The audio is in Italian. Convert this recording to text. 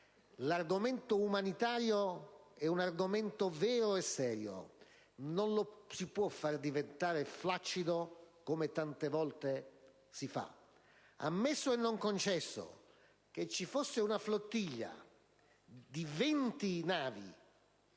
l'argomento umanitario è vero e serio: non lo si può far diventare flaccido, come tante volte avviene. Ammesso e non concesso che ci fosse una Flotilla di 20 navi,